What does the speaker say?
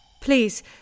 Please